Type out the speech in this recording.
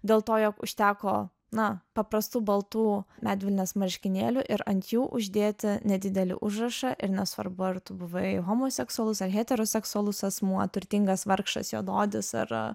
dėl to jog užteko na paprastų baltų medvilnės marškinėlių ir ant jų uždėti nedidelį užrašą ir nesvarbu ar tu buvai homoseksualus ar heteroseksualus asmuo turtingas vargšas juodaodis ar